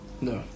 No